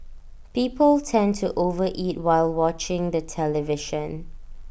people tend to over eat while watching the television